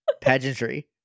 pageantry